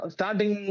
Starting